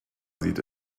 sieht